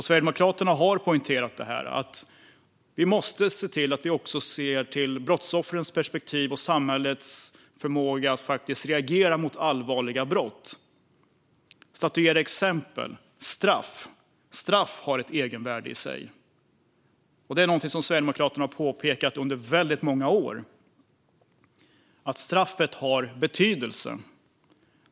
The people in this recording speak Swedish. Sverigedemokraterna har poängterat att vi också måste se till brottsoffrens perspektiv och samhällets förmåga att reagera mot allvarliga brott - statuera exempel. Straff har ett egenvärde i sig. Det är något som Sverigedemokraterna har påpekat under väldigt många år - att straffet har betydelse.